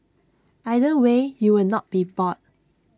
either way you will not be bored